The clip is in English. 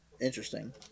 Interesting